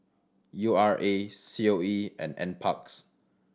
U R A C O E and Nparks